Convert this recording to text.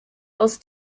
aus